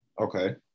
Okay